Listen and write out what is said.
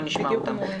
אנחנו נשמע אותם.